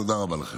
תודה רבה לכם.